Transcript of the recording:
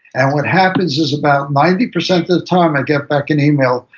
and what happens is about ninety percent of the time i get back an email,